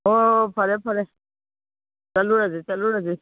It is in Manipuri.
ꯑꯣ ꯐꯔꯦ ꯐꯔꯦ ꯆꯠꯂꯨꯔꯁꯤ ꯆꯠꯂꯨꯔꯁꯤ